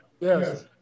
yes